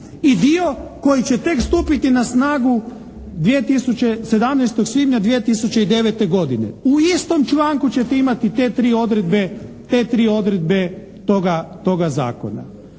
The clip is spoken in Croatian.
i dio koji će tek stupiti na snagu 17. svibnja 2009. godine. U istom članku ćete imati te tri odredbe toga zakona.